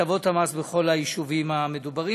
הטבות המס בכל היישובים המדוברים,